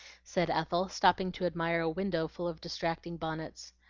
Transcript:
said ethel, stopping to admire a window full of distracting bonnets.